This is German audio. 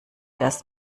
das